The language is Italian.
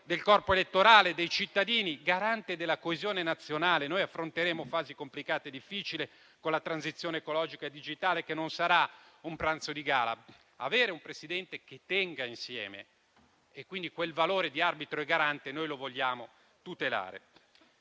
del corpo elettorale e dei cittadini, che sia altresì garante della coesione nazionale. Noi affronteremo fasi complicate e difficili con la transizione ecologica e digitale che non sarà un pranzo di gala. Avere un Presidente che ci tenga insieme, ricoprendo quel ruolo di arbitro e garante, è un valore che noi vogliamo tutelare.